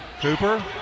Cooper